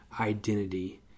identity